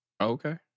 Okay